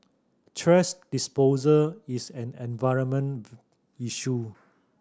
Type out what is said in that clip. thrash disposal is an environment issue